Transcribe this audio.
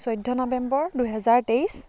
চৈধ্য নৱেম্বৰ দুহেজাৰ তেইছ